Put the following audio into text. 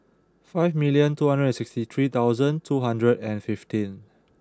five million two hundred and sixty three thousand two hundred and fifteen